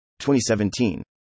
2017